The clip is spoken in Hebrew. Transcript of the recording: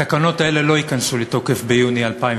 התקנות האלה לא ייכנסו לתוקף ביוני 2015,